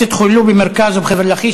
שלושה בתי-כנסת חוללו במרכז ובחבל-לכיש,